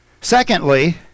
Secondly